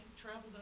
traveled